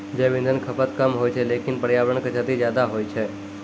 जैव इंधन खपत कम होय छै लेकिन पर्यावरण क क्षति ज्यादा होय छै